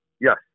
Yes